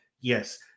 Yes